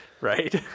right